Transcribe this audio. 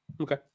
Okay